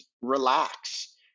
relax